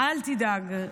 אל תדאג,